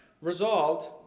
resolved